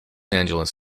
angeles